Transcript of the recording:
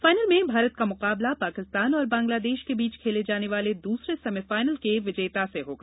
final में भारत का मुकाबला पाकिस्तान और बांग्लादेश के बीच खेले जाने वाले दुसरे सेमीफाइनल के विजेता से होगा